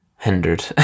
Hindered